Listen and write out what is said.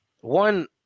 one